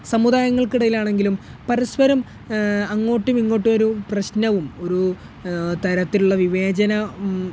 സമുദായങ്ങൾക്കിടയിലാണെങ്കിലും പരസ്പരം അങ്ങോട്ടും ഇങ്ങോട്ടും ഒരു പ്രശ്നവും ഒരു തരത്തിലുള്ള വിവേചന